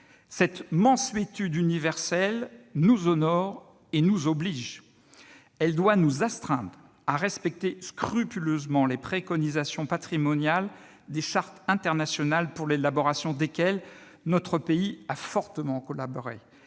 Cette mansuétude universelle nous honore et nous oblige. Elle doit nous astreindre à respecter scrupuleusement les préconisations patrimoniales des chartes internationales pour l'élaboration desquelles notre pays a fortement collaboré.